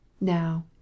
Now